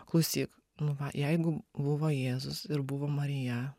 klausyk nu va jeigu buvo jėzus ir buvo marija